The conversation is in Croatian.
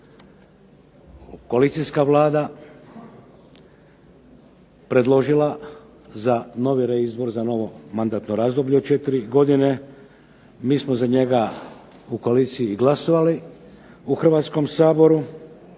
koalicijska Vlada, predložila za novi reizbor, za novo mandatno razdoblje od četiri godine, mi smo za njega u koaliciji i glasovali u Hrvatskom saboru,